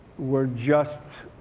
were just